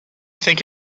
think